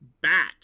Bat